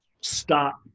stop